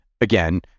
Again